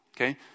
okay